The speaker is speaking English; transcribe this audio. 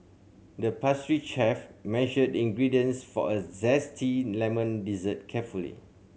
the pastry chef measured the ingredients for a zesty lemon dessert carefully